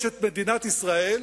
יש את מדינת ישראל,